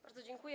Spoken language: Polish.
Bardzo dziękuję.